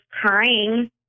crying